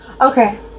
Okay